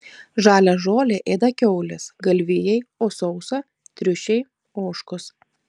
žalią žolę ėda kiaulės galvijai o sausą triušiai ožkos